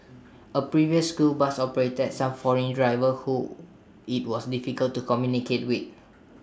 A previous school bus operator had some foreign drivers who IT was difficult to communicate with